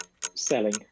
Selling